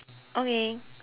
okay